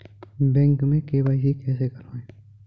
Bank में KYC कैसे करायें?